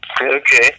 Okay